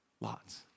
Lots